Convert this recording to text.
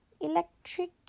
electric